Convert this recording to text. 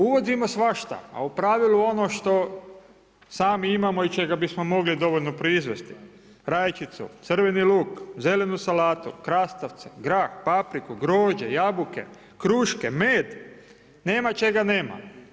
Uvozimo svašta, a u pravilu ono što sami imamo i čega bismo mogli dovoljno proizvesti rajčicu, crveni luk, zelenu salatu, krastavce, grah, papriku, grožđe, jabuke, kruške, med, nema čega nema.